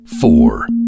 four